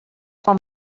quan